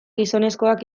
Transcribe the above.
gizonezkoak